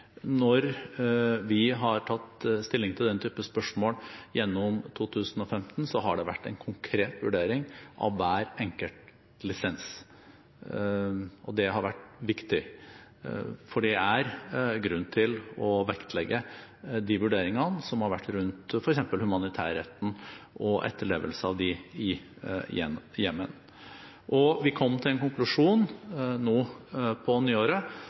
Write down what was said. Når vi har tatt stilling til den typen spørsmål gjennom 2015, har det vært en konkret vurdering av hver enkelt lisens. Det har vært viktig, for det er grunn til å vektlegge de vurderingene som har vært rundt f.eks. humanitærretten og etterlevelsen av den i Jemen. Vi kom til den konklusjonen nå på nyåret